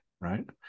right